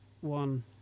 one